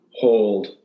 hold